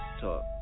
talk